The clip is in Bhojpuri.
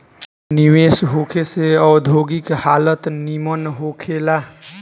निवेश होखे से औद्योगिक हालत निमन होखे ला